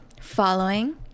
following